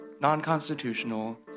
non-constitutional